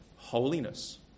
holiness